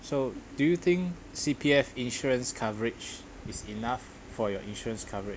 so do you think C_P_F insurance coverage is enough for your insurance coverage